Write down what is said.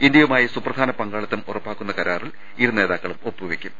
ഇന്തൃയുമായി സുപ്ര ധാന പങ്കാളിത്തം ഉറപ്പാക്കുന്ന കരാറിൽ ഇരുനേതാക്കളും ഒപ്പുവെ ച്ചേക്കും